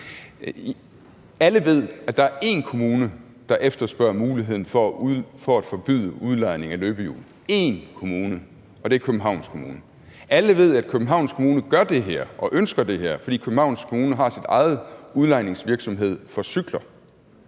Alle ved, at der er én kommune, der efterspørger muligheden for at forbyde udlejning af løbehjul – én kommune – og det er Københavns Kommune. Alle ved, at Københavns Kommune gør det her og ønsker det her, fordi Københavns Kommune har sin egen udlejningsvirksomhed for cykler.